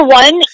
one